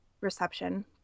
reception